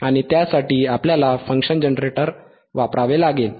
आणि त्यासाठी आपल्याला फंक्शन जनरेटर वापरावे लागेल